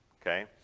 okay